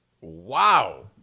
Wow